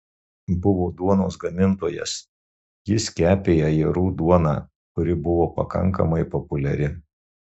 buvo duonos gamintojas jis kepė ajerų duoną kuri buvo pakankamai populiari